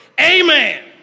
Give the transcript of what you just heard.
Amen